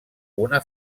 una